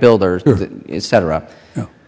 builder cetera